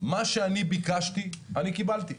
מה שאני ביקשתי, אני קיבלתי.